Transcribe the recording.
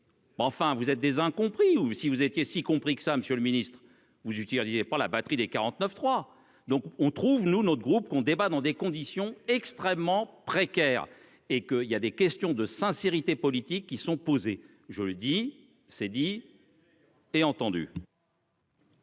Enfin, vous êtes des incompris ou si vous étiez s'y compris que ça Monsieur le Ministre, vous utilisez pas la batterie des 49 3 donc on trouve nous, notre groupe qu'on débat dans des conditions extrêmement précaires et que il y a des questions de sincérité politique qui sont posées, je le dis c'est dit et entendu.